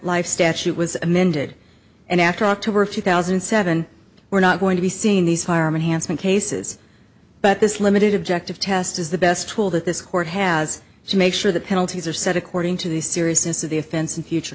life statute was amended and after october of two thousand and seven we're not going to be seeing these firemen hanson cases but this limited objective test is the best tool that this court has she make sure the penalties are set according to the seriousness of the offense and future